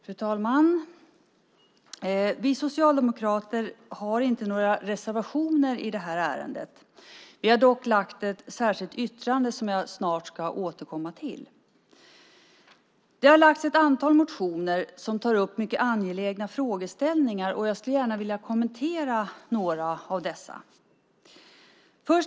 Fru talman! Vi socialdemokrater har inte några reservationer i detta ärende. Vi har dock lämnat ett särskilt yttrande som jag snart ska återkomma till. Det har väckts ett antal motioner som tar upp mycket angelägna frågor. Jag vill kommentera några av dem.